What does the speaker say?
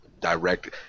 direct –